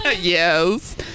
Yes